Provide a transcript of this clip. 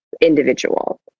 individual